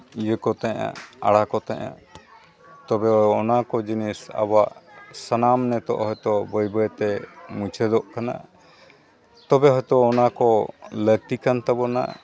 ᱤᱭᱟᱹ ᱠᱚᱛᱮ ᱟᱲᱟ ᱠᱚᱛᱮ ᱛᱚᱵᱮ ᱚᱱᱟ ᱠᱚ ᱡᱤᱱᱤᱥ ᱟᱵᱚᱣᱟᱜ ᱥᱟᱱᱟᱢ ᱱᱤᱛᱚᱜ ᱦᱚᱭᱛᱚ ᱵᱟᱹᱭᱼᱵᱟᱹᱭᱛᱮ ᱢᱩᱪᱟᱹᱫᱚᱜ ᱠᱟᱱᱟ ᱛᱚᱵᱮ ᱦᱚᱭᱛᱳ ᱚᱱᱟ ᱠᱚ ᱞᱟᱹᱠᱛᱤ ᱠᱟᱱ ᱛᱟᱵᱚᱱᱟ